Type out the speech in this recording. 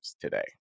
today